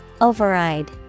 Override